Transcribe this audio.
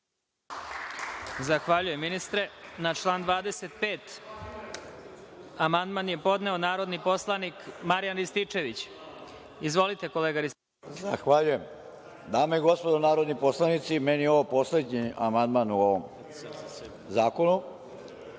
Zahvaljujem ministre. Na član 25. amandman je podneo narodni poslanik Marijan Rističević. Izvolite kolega Rističeviću. **Marijan Rističević** Dame i gospodo narodni poslanici, meni je ovo poslednji amandman u ovom zakonu